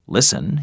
Listen